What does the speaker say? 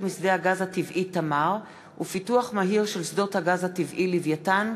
משדה הגז הטבעי "תמר" ולפיתוח מהיר של שדות הגז הטבעי "לווייתן",